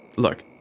Look